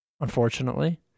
unfortunately